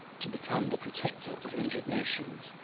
to become the protector of injured nations,